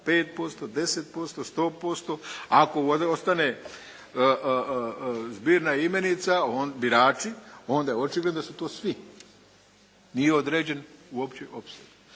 5%, 10%, 100%? Ako ovdje ostane zbirna imenica: "birači" onda je očigledno da su to svi. Nije određen uopće opseg.